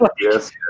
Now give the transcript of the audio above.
yes